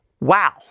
Wow